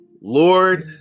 Lord